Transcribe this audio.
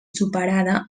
superada